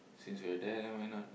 since we are there why not